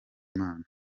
imana